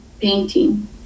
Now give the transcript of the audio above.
painting